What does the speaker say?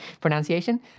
pronunciation